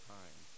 time